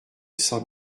cent